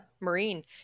Marine